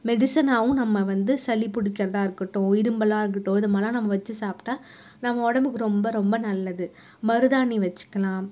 மெடிசனாகவும் நம்ம வந்து சளி பிடிக்கிறதா இருக்கட்டும் இரும்பலா இருக்கட்டும் இது மாதிரிலா நம்ம வெச்சு சாப்பிட்டா நம்ம உடம்புக்கு ரொம்ப ரொம்ப நல்லது மருதாணி வெச்சுக்கிலாம்